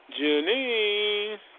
Janine